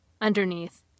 underneath